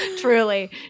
Truly